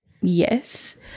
Yes